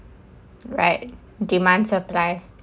right demand supply